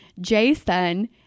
Jason